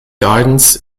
gardens